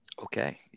Okay